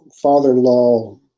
Father-in-law